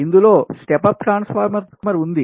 ఇందులో step up transformer ఉంది